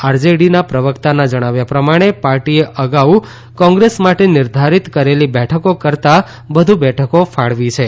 આરજેડીના પ્રવકતાના જણાવ્યા પ્રમાણે પાર્ટીએ અગાઉ કોંગ્રેસ માટે નિર્ધારીત કરેલી બેઠકો કરતાં વધુ બેઠકો ફાળવી છે